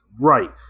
right